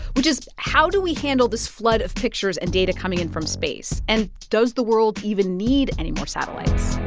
which is, how do we handle this flood of pictures and data coming in from space? and does the world even need any more satellites?